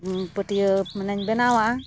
ᱯᱟᱹᱴᱭᱟᱹ ᱢᱟᱱᱮᱧ ᱵᱮᱱᱟᱣᱟ